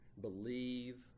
believe